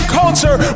culture